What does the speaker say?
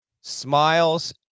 smiles